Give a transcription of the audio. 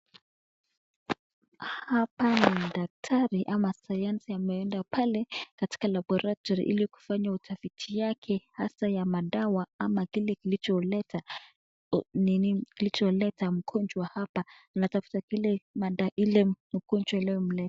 Hapa mdakari ama sayansi ameenda pale katika laboratory ili kufanya utafiti yake hasa ya madawa ama kile kilicholeta ninii kilicholeta mgonjwa hapa natafuta kile madai ile mgonjwa iliyomleta.